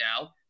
now